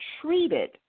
treated